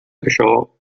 això